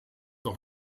auch